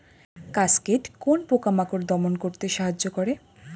Cascade কোন পোকা মাকড় দমন করতে সাহায্য করে?